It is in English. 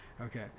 okay